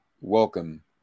welcome